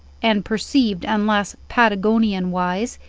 and perceived, unless, patagonian-wise,